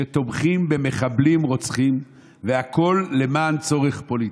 שתומכים במחבלים רוצחים, והכול למען צורך פוליטי.